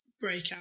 breakout